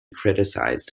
criticised